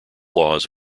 laws